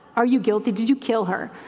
are you guilty? did you kill her?